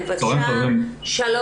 בבקשה.